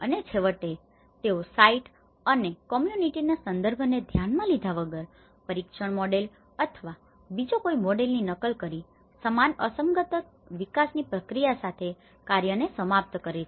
અને છેવટે તેઓ સાઇટ અને કમ્યૂનિટીના સંદર્ભને ધ્યાનમાં લીધા વગર જ પરીક્ષણ મોડેલ અથવા બીજા કોઈ મોડેલની નકલ કરીને સમાન અસંગત વિકાસની પ્રક્રિયા સાથે કાર્ય સમાપ્ત કરે છે